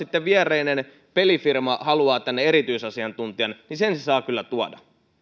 viereinen pelifirma haluaa tänne erityisasiantuntijan niin sen se saa kyllä tuoda